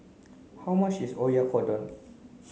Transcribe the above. how much is Oyakodon